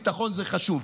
ביטחון זה חשוב.